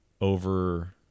over